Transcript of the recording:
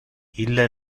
ille